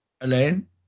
alain